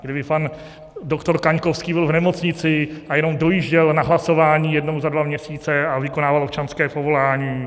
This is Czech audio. Kdyby pan doktor Kaňkovský byl v nemocnici a jenom dojížděl na hlasování jednou za dva měsíce a vykonával občanské povolání.